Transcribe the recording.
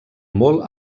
molt